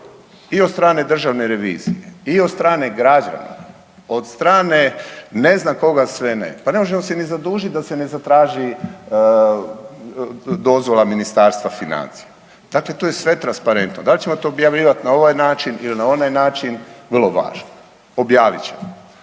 i od strane Državne revizije i od strane građana, od strane ne znam koga sve ne. Pa ne možemo se ni zadužiti da se ne zatraži dozvola Ministarstva financija. Dakle, to je sve transparentno. Da li ćemo to objavljivati na ovaj način ili na onaj način, vrlo važno, objavit ćemo.